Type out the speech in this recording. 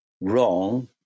Wrong